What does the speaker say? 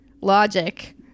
logic